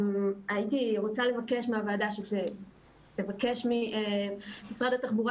הייתי רוצה לבקש מהוועדה שתבקש ממשרד התחבורה